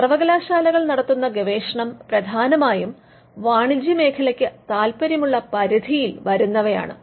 അതിനാൽ സർവ്വകലാശാലകൾ നടത്തുന്ന ഗവേഷണം പ്രധാനമായും വാണിജ്യമേഖലയ്ക്ക് താല്പര്യമുള്ള പരിധിയിൽ വരുന്നവയാണ്